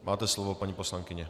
Máte slovo, paní poslankyně.